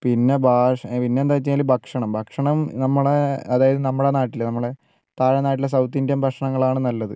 പിന്നെ ഭാഷ പിന്നെ എന്താ വച്ചു കഴിഞ്ഞാൽ ഭക്ഷണം ഭക്ഷണം നമ്മളെ അതായത് നമ്മുടെ നാട്ടിലെ നമ്മളെ താഴെ നാട്ടിലെ സൗത്ത് ഇന്ത്യൻ ഭക്ഷണങ്ങളാണ് നല്ലത്